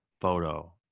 photo